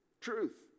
Truth